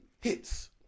hits